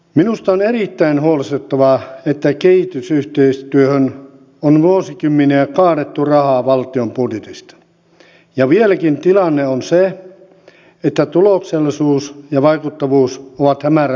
minusta on erittäin huolestuttavaa että kehitysyhteistyöhön on vuosikymmeniä kaadettu rahaa valtion budjetista ja vieläkin tilanne on se että tuloksellisuus ja vaikuttavuus ovat hämärän peitossa